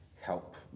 help